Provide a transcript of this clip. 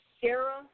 Sarah